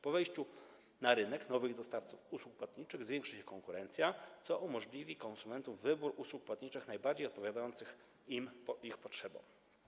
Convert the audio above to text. Po wejściu na rynek nowych dostawców usług płatniczych zwiększy się konkurencja, co umożliwi konsumentom wybór usług płatniczych najbardziej odpowiadających ich potrzebom.